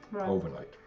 overnight